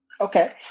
Okay